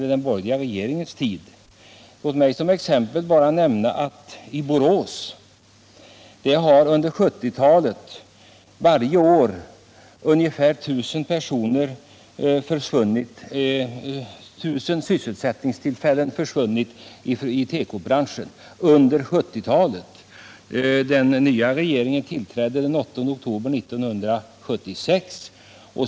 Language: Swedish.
Låt mig som exempel Nr 49 på motsatsen bara säga att i Borås har under 1970-talet varje år ungefär Tisdagen den 1000 sysselsättningstillfällen inom tekobranschen försvunnit. Den nya 13 december 1977 regeringen tillträdde den 8 oktober 1976.